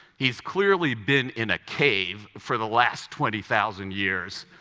he's clearly been in a cave for the last twenty thousand years.